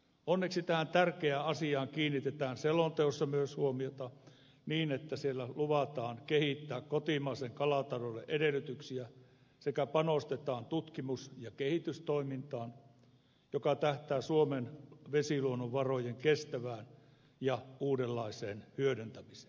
onneksi tähän tärkeään asiaan kiinnitetään myös selonteossa huomiota niin että siellä luvataan kehittää kotimaisen kalatalouden edellytyksiä sekä panostetaan tutkimus ja kehitystoimintaan joka tähtää suomen vesiluonnonvarojen kestävään ja uudenlaiseen hyödyntämiseen